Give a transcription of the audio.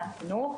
מהחינוך,